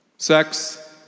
Sex